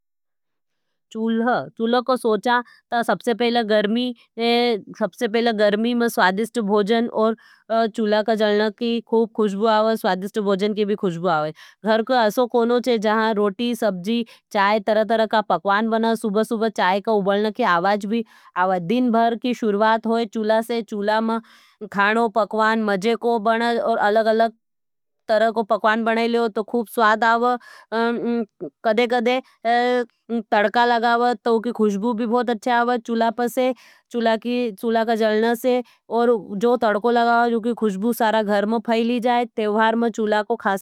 चूल्हा, चूल्हा को सोचा ता सबसे पहला गर्मी में स्वादिष्ट भोजन और चूल्हा का जलना की खुब खुशबू आवाई, स्वादिस्ट भोजन की भी खुशबू आवाई। चूला का जलना की खुजबू आवाई, स्वादिस्ट भोजन के भी खुजबू आवाई। गरक असो कोनो चे जहां रोटी, सबजी, चाय तरह तरह का पकवान बना, सुबसुब चाय का उबलन के आवाज भी आवाई।